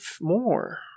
more